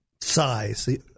size